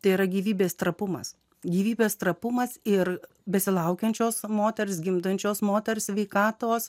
tai yra gyvybės trapumas gyvybės trapumas ir besilaukiančios moters gimdančios moters sveikatos